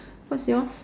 what's yours